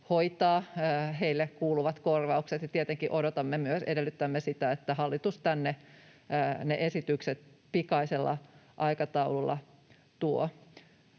hoitaa heille kuuluvat korvaukset, ja tietenkin odotamme ja myös edellytämme sitä, että hallitus tänne ne esitykset pikaisella aikataululla tuo.